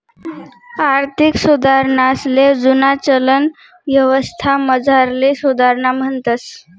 आर्थिक सुधारणासले जुना चलन यवस्थामझारली सुधारणा म्हणतंस